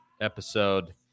episode